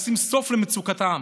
לשים סוף למצוקתם